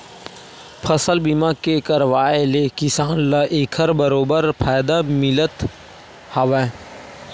फसल बीमा के करवाय ले किसान ल एखर बरोबर फायदा मिलथ हावय